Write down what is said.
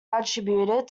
attributed